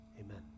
amen